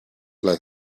let